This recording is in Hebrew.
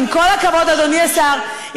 אדוני השר,